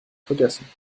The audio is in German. vergessen